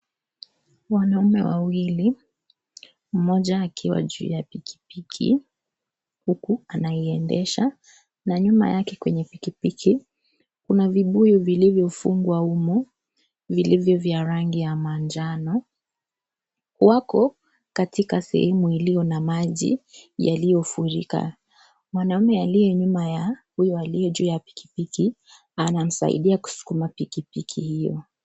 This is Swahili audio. Wanaume wawili mmoja akiwa juu ya pikipiki huku anaiendesha na nyuma yake kwenye pikipiki kuna vibuyu vilivyofungwa humu vilivyo vya rangi ya manjano wako katika sehemu iliyo na maji yaliyofurika, mwanaume aliye nyuma ya huyu aliye juu ya pikipiki anasaidia kusukuma pikipiki hiyo.